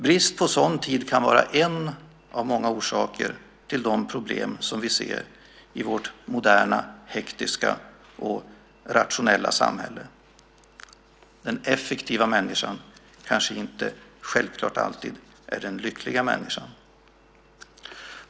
Brist på sådan tid kan vara en av många orsaker till de problem som vi ser i vårt moderna, hektiska och rationella samhälle. Den effektiva människan kanske inte självklart alltid är den lyckliga människan.